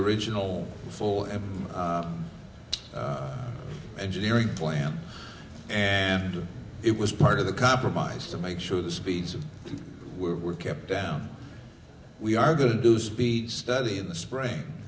original full every engineering plan and it was part of the compromise to make sure the speeds of we were kept down we are going to do speech study in the spring